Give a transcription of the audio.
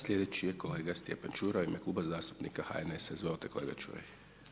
Sljedeći je kolega Stjepan Čuraj u ime Kluba zastupnika HNS-a, izvolite kolega Čuraj.